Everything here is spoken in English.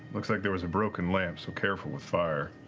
looks like there was a broken lamp, so careful with fire.